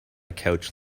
couch